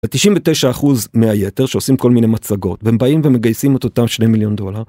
99% מהיתר שעושים כל מיני מצגות והם באים ומגייסים את אותם 2 מיליון דולר.